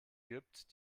gibt